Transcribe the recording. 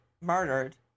murdered